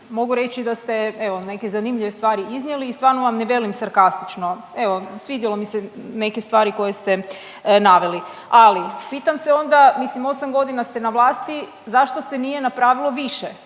mogu reći da ste evo neke zanimljive stvari iznijeli i stvarno vam ne velim sarkastično, evo svidjelo mi se neke stvari koje ste naveli. Ali, pitam se onda, mislim 8.g. ste na vlasti, zašto se nije napravilo više,